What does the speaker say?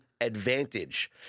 advantage